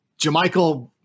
Jamichael